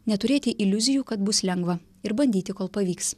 neturėti iliuzijų kad bus lengva ir bandyti kol pavyks